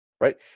right